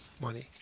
money